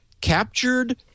captured